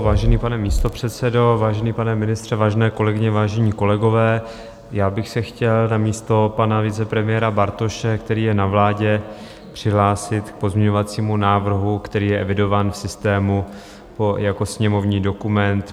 Vážený pane místopředsedo, vážený pane ministře, vážené kolegyně, vážení kolegové, já bych se chtěl namísto pana vicepremiéra Bartoše, který je na vládě, přihlásit k pozměňovacímu návrhu, který je evidován v systému jako sněmovní dokument 1556.